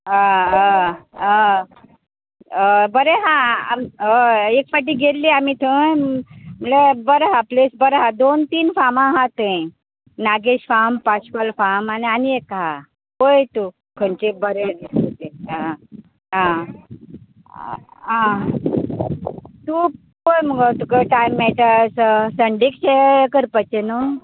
अ अ अ अय बरें आहा आम अय एक फाटीं गेल्ली आमीं थंय म्हणल्यार बरें आहा प्लेस बरो आसा दोन तीन फार्मां आहा थंय नागेश फार्म पाश्कोल फार्म आनी आनी एक आहा पय तूं खंयचें एक बरें आ तें आ आ तूं पय मगो तुका टायम मेळटा स संडेकशें करपाचें नू